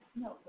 no